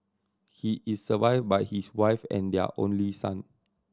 he is survived by his wife and their only son